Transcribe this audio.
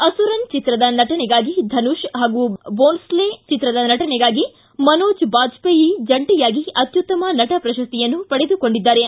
ಅಸುರನ್ ಚಿತ್ರದ ನಟನೆಗಾಗಿ ಧನುಷ್ ಹಾಗೂ ದೋನ್ಸ್ಲೇ ಚಿತ್ರದ ನಟನೆಗಾಗಿ ಮನೋಜ್ ಬಾಜಪೇಯಿ ಜಂಟಿಯಾಗಿ ಅತ್ಯುತ್ತಮ ನಟ ಪ್ರಶಸ್ತಿಯನ್ನು ಪಡೆದುಕೊಂಡಿದ್ದಾರೆ